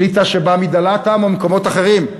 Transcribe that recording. אליטה שבאה מדלת העם או ממקומות אחרים.